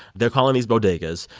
they're calling these bodegas.